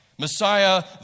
Messiah